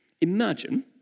Imagine